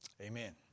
Amen